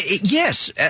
Yes